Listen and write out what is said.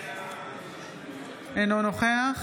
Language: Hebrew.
אינו נוכח